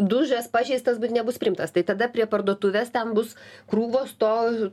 dužęs pažeistas nebus priimtas tai tada prie parduotuvės ten bus krūvos to